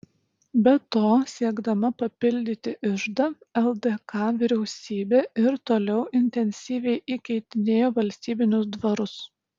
be to siekdama papildyti iždą ldk vyriausybė ir toliau intensyviai įkeitinėjo valstybinius dvarus